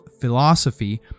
philosophy